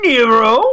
Nero